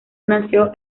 nació